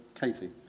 Katie